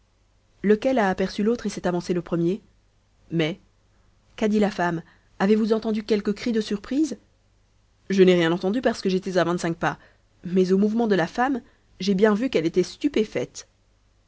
lequel a aperçu l'autre et s'est avancé le premier mai qu'a dit la femme avez-vous entendu quelque cri de surprise je n'ai rien entendu parce que j'étais à vingt-cinq pas mais au mouvement de la femme j'ai bien vu qu'elle était stupéfaite